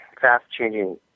Fast-changing